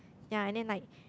ya and then like